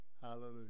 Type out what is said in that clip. Hallelujah